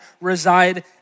reside